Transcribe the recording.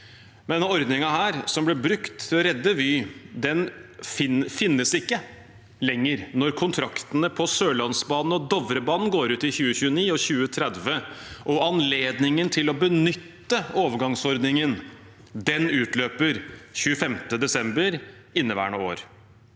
ordningen, som ble brukt til å redde Vy, finnes ikke lenger når kontraktene på Sørlandsbanen og Dovrebanen går ut i 2029 og 2030, og anledningen til å benytte overgangsordningen utløper 25. desember i inneværende år.